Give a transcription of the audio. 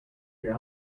your